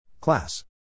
Class